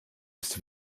ist